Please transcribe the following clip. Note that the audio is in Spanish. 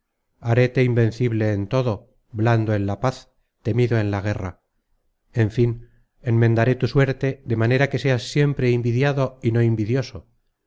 haréte invencible en todo blando en la paz temido en la guerra en fin enmendaré tu suerte de manera que seas siempre invidiado y no invidioso